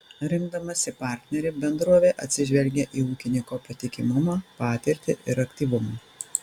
rinkdamasi partnerį bendrovė atsižvelgia į ūkininko patikimumą patirtį ir aktyvumą